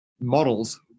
models